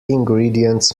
ingredients